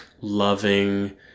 loving